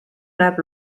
näeb